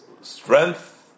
strength